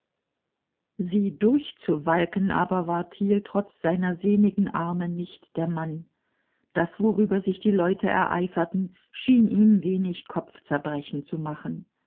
sie durchzuwalken aber war thiel trotz seiner sehnigen arme nicht der mann das worüber sich die leute ereiferten schien ihm wenig kopfzerbrechen zu machen